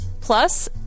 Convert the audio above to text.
Plus